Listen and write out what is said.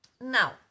now